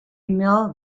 emile